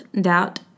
doubt